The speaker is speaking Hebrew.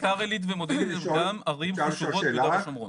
ביתר עילית ומודיעין הן אינן ערים שקשורות ליהודה ושומרון.